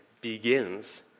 begins